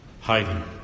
hiding